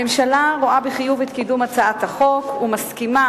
הממשלה רואה בחיוב את קידום הצעת החוק ומסכימה